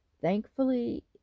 Thankfully